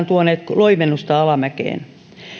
tuoneet ainakaan loivennusta alamäkeen